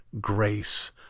grace